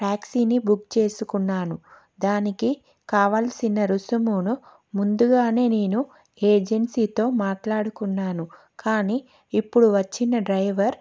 టాక్సీని బుక్ చేసుకున్నాను దానికి కావలసిన రుసుమును ముందుగానే నేను ఏజెన్సీతో మాట్లాడుకున్నాను కానీ ఇప్పుడు వచ్చిన డ్రైవర్